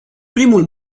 primul